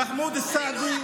מה זה?